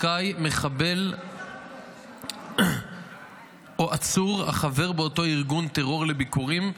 מחבל או עצור החבר באותו ארגון טרור לא יהיה זכאי לביקורים.